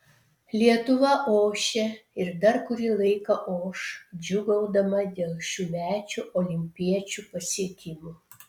lietuva ošia ir dar kurį laiką oš džiūgaudama dėl šiųmečių olimpiečių pasiekimų